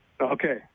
Okay